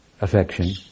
affection